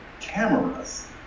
cameras